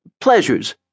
pleasures